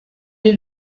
est